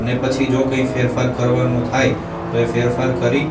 અને પછી જો કંઇ ફેરફાર કરવાનો થાય તો એ ફેરફાર કરી